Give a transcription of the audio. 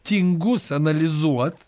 tingus analizuot